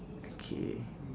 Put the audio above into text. okay